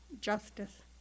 justice